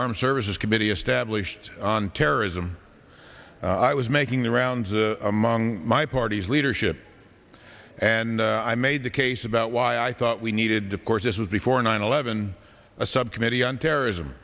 armed services committee established on terrorism i was making the rounds and among my party's leadership and i made the case about why i thought we needed to course this was before nine eleven a subcommittee on terrorism